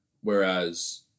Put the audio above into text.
Whereas